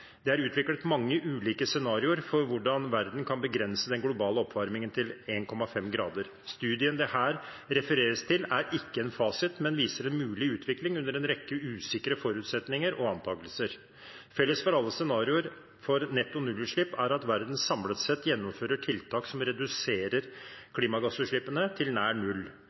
for hvordan verden kan begrense den globale oppvarmingen til 1,5 grader. Studien det her refereres til, er ikke en fasit, men viser en mulig utvikling under en rekke usikre forutsetninger og antagelser. Felles for alle scenarioer for netto nullutslipp er at verden samlet sett gjennomfører tiltak som reduserer klimagassutslippene til nær null.